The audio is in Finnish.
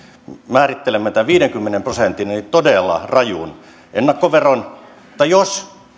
määrittelemme tämän viidenkymmenen prosentin todella rajun ennakkoveron mutta jos